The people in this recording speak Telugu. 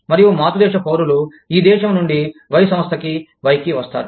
మరియు మాతృదేశ పౌరులు ఈ దేశం నుండి Y సంస్థకి Y కి వస్తారు